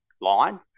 line